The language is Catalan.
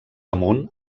amunt